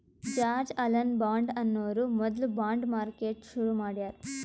George Alan Bond ಅನ್ನೋರು ಮೊದ್ಲ bond market ಶುರು ಮಾಡ್ಯಾರ್